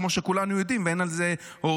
כמו שכולנו יודעים ואין על זה עוררין,